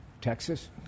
Texas